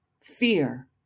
fear